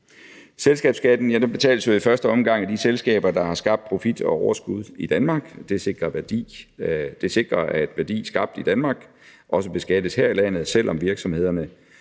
Selskabsskatten betales jo i første omgang af de selskaber, der har skabt profit og overskud i Danmark. Det sikrer, at værdi skabt i Danmark også beskattes her i landet, selv om virksomhederne